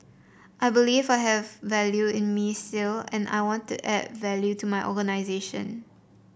I believe I have value in me still and I want to add value to my organisation